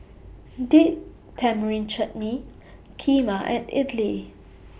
Date Tamarind Chutney Kheema and Idili